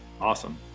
Awesome